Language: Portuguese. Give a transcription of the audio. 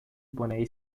boné